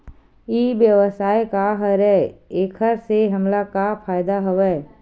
ई व्यवसाय का हरय एखर से हमला का फ़ायदा हवय?